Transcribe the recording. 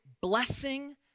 blessing